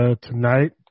tonight